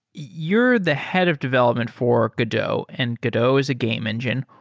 you're the head of development for godot, and godot is a game engine.